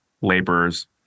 laborers